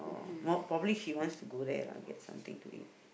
orh more probably he wants to go there lah and get something to eat